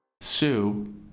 Sue